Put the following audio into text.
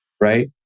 right